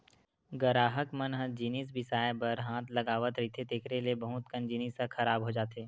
गराहक मन ह जिनिस बिसाए बर हाथ लगावत रहिथे तेखरो ले बहुत कन जिनिस ह खराब हो जाथे